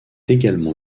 également